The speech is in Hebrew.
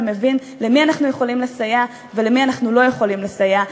ומבין למי אנחנו יכולים לסייע ולמי אנחנו לא יכולים לסייע,